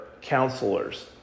Counselors